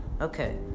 Okay